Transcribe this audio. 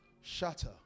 shatter